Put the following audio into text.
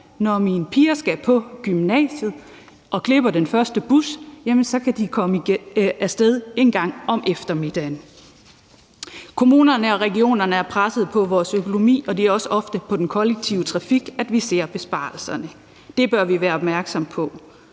når mine piger skal på gymnasiet og de glipper den første bus, kan de først komme af sted engang om eftermiddagen. Kommunerne og regionerne er pressede på deres økonomi, og det er også ofte inden for den kollektive trafik, vi ser besparelserne, og det bør vi være opmærksomme på.